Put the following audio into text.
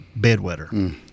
bedwetter